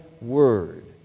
Word